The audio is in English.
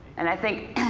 and i think,